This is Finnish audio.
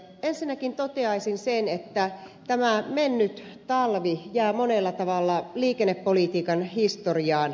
ensinnäkin toteaisin sen että tämä mennyt talvi jää monella tavalla liikennepolitiikan historiaan